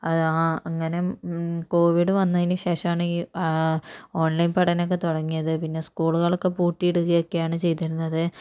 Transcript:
അങ്ങനെ കോവിഡ് വന്നതിന് ശേഷമാണ് ഈ ഓൺലൈൻ പഠനം ഒക്കെ തുടങ്ങിയത് പിന്നെ സ്കൂളുകളൊക്കെ പൂട്ടുകയക്കെയാണ് ചെയ്തിരുന്നത്